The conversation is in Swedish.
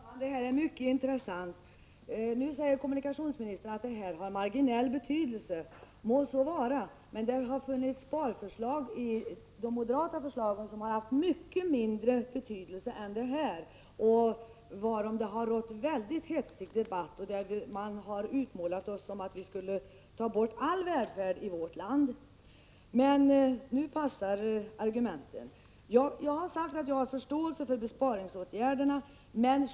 Herr talman! Det här är mycket intressant. Nu säger kommunikationsministern att bidraget har marginell betydelse. Må så vara, men det har funnits moderata sparförslag som har haft mycket mindre betydelse och varom det har förekommit väldigt hetsig debatt. Man har utmålat oss som att vi skulle vilja ta bort all välfärd i vårt land. Men nu passar argumenten! Jag har sagt att jag har förståelse för besparingsåtgärderna.